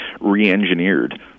re-engineered